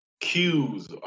cues